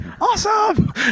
Awesome